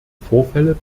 vorfälle